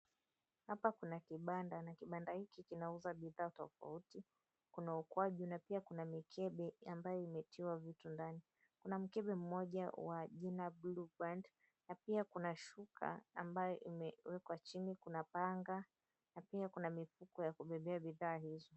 Hapa kuna kibanda na kibanda hiki kunauzwa bidhaa tofauti. Kuna ukwaju na pia kuna mikebe ambayo imetiwa vitu ndani. Kuna mkebe mmoja wa jina Blueband na pia kuna shuka ambayo imewekwa chini. Kuna panga na pia kuna mifuko ya kubebea bidhaa hizo.